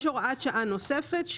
יש הוראת שעה נוספת,